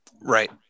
Right